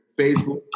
Facebook